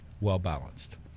well-balanced